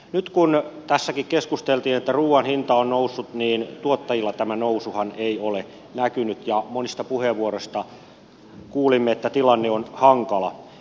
nyt kun tässäkin keskusteltiin siitä että ruuan hinta on noussut niin tuottajillahan tämä nousu ei ole näkynyt ja monista puheenvuoroista kuulimme että tilanne on hankala